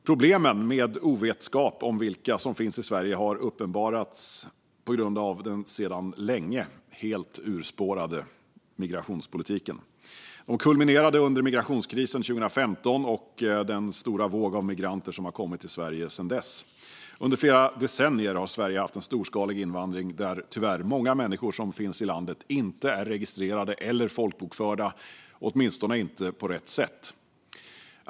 Problemen med ovetskap om vilka som finns i Sverige har uppenbarats på grund av den sedan länge helt urspårade migrationspolitiken. De kulminerade under migrationskrisen 2015 och den stora våg av migranter som har kommit till Sverige sedan dess. Under flera decennier har Sverige haft en storskalig invandring där många människor som finns i landet tyvärr inte är registrerade eller folkbokförda, åtminstone inte på rätt sätt.